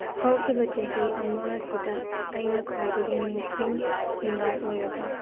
ꯍꯧꯈꯤꯕ ꯆꯍꯤ ꯑꯝꯃꯁꯤꯗ ꯑꯩꯅ ꯈ꯭ꯋꯥꯏꯗꯒꯤ ꯅꯤꯡꯁꯤꯡꯅꯤꯡꯉꯥꯏ ꯑꯣꯏꯔꯕ